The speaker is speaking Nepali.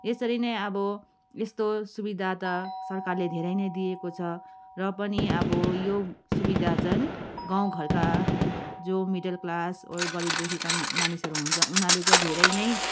यसरी नै अब यस्तो सुविधा त सरकारले धेरै नै दिएको छ र पनि अब यो सुविधाजन गाउँ घरका जो मिडल क्लास ओर गरिब दुःखीका मानिसहरू हुन्छ उनीहरूले चाहिँ धेरै नै